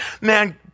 man